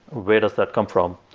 where does that come from?